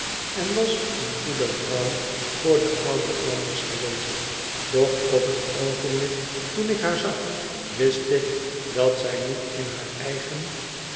en was een goede vrouw voor den ouden flanders geweest doch op t oogenblik toen ik haar zag wist ik dat zij niet in haar eigen